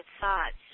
thoughts